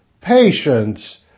patience